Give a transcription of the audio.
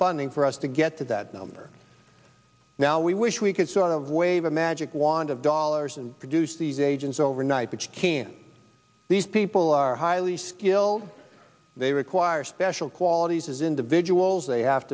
funding for us to get to that number now we wish we could sort of wave a magic wand of dollars and produce these agents overnight but you can't these people are highly skilled they require special qualities as individuals they have